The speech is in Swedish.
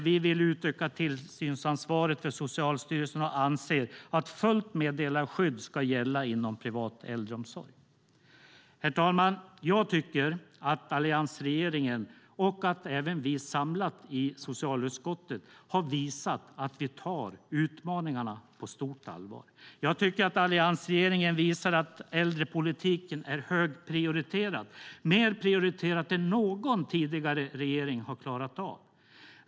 Vi vill utöka tillsynsansvaret för Socialstyrelsen och anser att fullt meddelarskydd ska gälla inom privat äldreomsorg. Herr talman! Jag tycker att alliansregeringen och även vi i socialutskottet samlat har visat att vi tar utmaningarna på stort allvar. Jag tycker också att alliansregeringen visar att äldrepolitiken är högprioriterad, mer prioriterad än någon tidigare regering har klarat av.